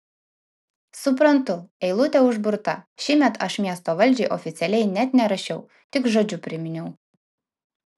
suprantu eilutė užburta šįmet aš miesto valdžiai oficialiai net nerašiau tik žodžiu priminiau